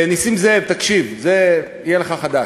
נסים זאב, תקשיב, זה יהיה לך חדש.